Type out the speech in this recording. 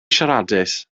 siaradus